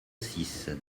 six